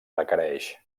requereix